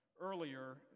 earlier